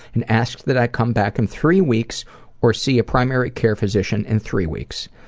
and asked that i come back in three weeks or see a primary care physician in three weeks.